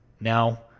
Now